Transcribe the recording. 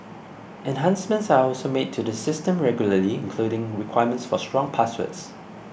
enhancements are also made to the system regularly including requirements for strong passwords